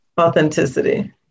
authenticity